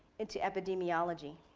into epidemiology.